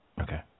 Okay